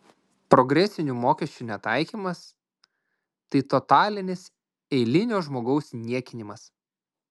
progresinių mokesčių netaikymas tai totalinis eilinio žmogaus niekinimas